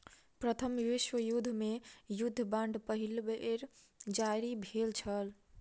प्रथम विश्व युद्ध मे युद्ध बांड पहिल बेर जारी भेल छल